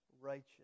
righteous